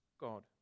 God